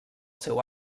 seu